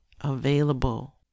available